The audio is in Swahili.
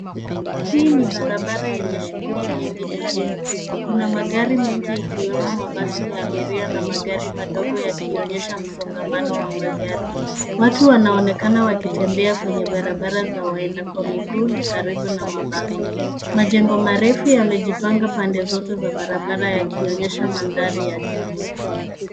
Hii ni barabara yenye shughuli nyingi jijini. Kuna magari mengi ikiwemo mabasi ya abiria na magari madogo yakionyesha msongamano wa magari. Watu wanaonekana wakitembea kwenye barabara za waenda kwa miguu na karibu na mabasi. Majengo marefu yamejipanga pande zote za barabara yakionyesha mandhari ya jiji.